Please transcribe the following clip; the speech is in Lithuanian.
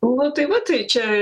nu tai va tai čia